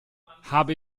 habe